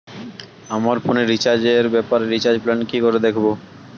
আমার ফোনে রিচার্জ এর ব্যাপারে রিচার্জ প্ল্যান কি করে দেখবো?